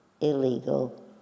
illegal